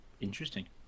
Interesting